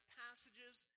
passages